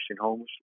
homes